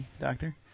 doctor